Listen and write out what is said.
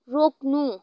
रोक्नु